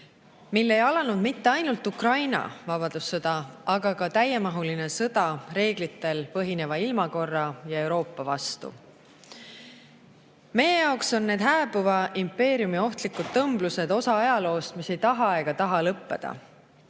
mil ei alanud mitte ainult Ukraina vabadussõda, vaid ka täiemahuline sõda reeglitel põhineva ilmakorra ja Euroopa vastu. Meie jaoks on need hääbuva impeeriumi ohtlikud tõmblused osa ajaloost, mis ei taha ega taha lõppeda.